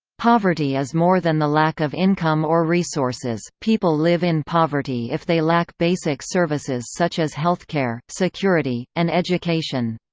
poverty is more than the lack of income or resources people live in poverty if they lack basic services such as healthcare, security, and education.